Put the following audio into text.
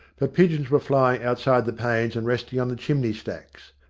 but pigeons were flying outside the panes and resting on the chimney-stacks.